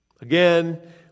Again